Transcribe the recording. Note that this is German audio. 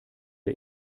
der